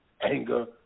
Anger